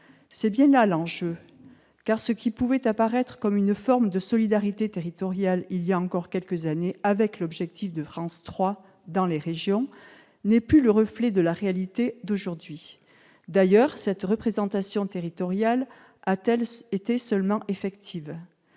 C'est bien là l'enjeu. Car ce qui pouvait apparaître comme une forme de solidarité territoriale voilà encore quelques années, avec l'objectif d'implanter France 3 dans les régions, n'est plus le reflet de la réalité d'aujourd'hui. D'ailleurs, cette représentation territoriale a-t-elle été seulement effective ?